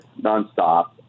nonstop